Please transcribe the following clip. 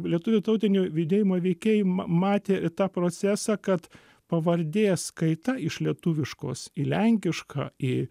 lietuvių tautinio judėjimo veikėjai matė tą procesą kad pavardės kaita iš lietuviškos į lenkišką į